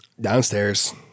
Downstairs